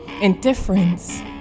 indifference